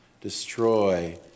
destroy